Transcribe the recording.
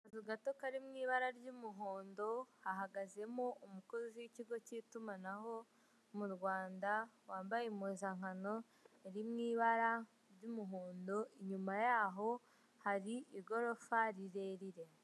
Akazu gato karimo ibara ry'umuhondo hahagazemo umukozi w'ikigo cy'itumanaho mu Rwanda, wambaye impuzankano muri mu ibara ry'umuhondo inyuma yaho hari igorofa rirerire.